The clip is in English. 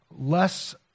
less